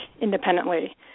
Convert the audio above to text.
independently